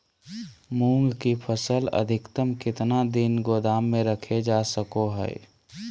मूंग की फसल अधिकतम कितना दिन गोदाम में रखे जा सको हय?